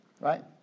Right